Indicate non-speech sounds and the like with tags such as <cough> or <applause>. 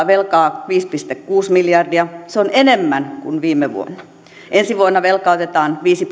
<unintelligible> velkaa viisi pilkku kuusi miljardia se on enemmän kuin viime vuonna ensi vuonna velkaa otetaan viisi <unintelligible>